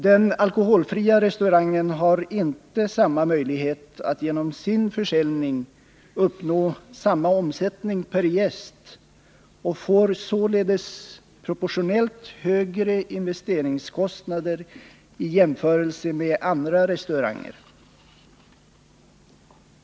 Den alkoholfria restaurangen har inte möjlighet att genom sin försäljning uppnå samma omsättning per gäst och får således proportionellt högre investeringskostnader i jämförelse med andra restauranger.